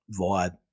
vibe